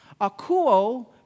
akuo